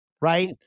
right